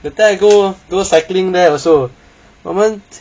that time I go go cycling there also 我们